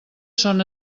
són